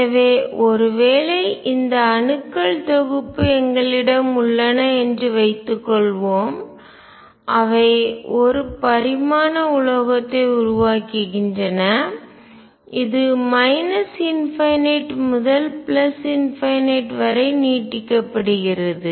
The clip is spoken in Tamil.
எனவே ஒரு வேளை இந்த அணுக்கள் தொகுப்பு எங்களிடம் உள்ளன என்று வைத்துக்கொள்வோம் அவை ஒரு பரிமாண உலோகத்தை உருவாக்குகின்றன இது ∞ முதல் ∞ வரை நீட்டிக்கப்படுகிறது